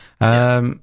Yes